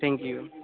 thank you